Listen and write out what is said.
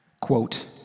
quote